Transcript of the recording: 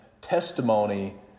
testimony